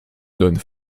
donne